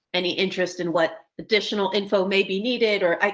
any interest in what additional info may be needed, or? i.